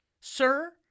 sir